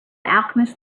alchemist